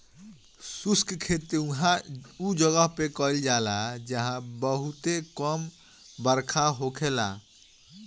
शुष्क खेती उ जगह पे कईल जाला जहां बहुते कम बरखा होखेला